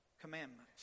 commandments